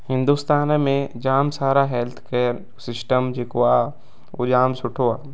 हिंदुस्तान में जाम सारा हैल्थ केयर सिस्टम जेको आहे उहो जाम सुठो आहे